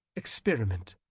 experiment.